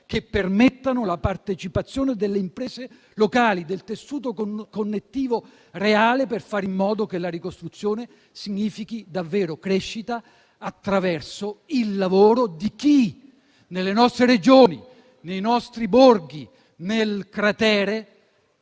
che permettano la partecipazione delle imprese locali, del tessuto connettivo reale, per fare in modo che la ricostruzione significhi davvero crescita attraverso il lavoro di chi, nelle nostre Regioni, nei nostri borghi, nel cratere,